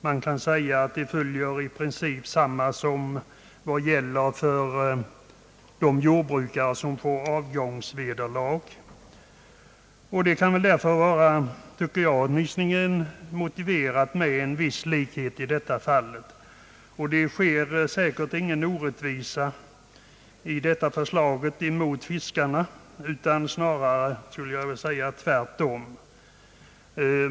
Man kan säga att de i princip följer samma regler som gäller för de jordbrukare vilka får avgångsvederlag, och jag tycker därför att det kan vara motiverat med en viss likhet i detta fall. Säkert sker ingen orättvisa i detta förslag mot fiskarna, utan snarare tvärtom.